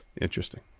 Interesting